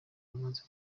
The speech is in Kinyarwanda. bamaze